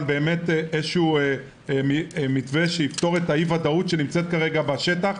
איזשהו מתווה שיפתור את אי-הוודאות שנמצא כרגע בשטח.